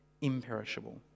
imperishable